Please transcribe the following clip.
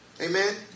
Amen